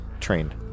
Trained